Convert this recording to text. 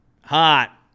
Hot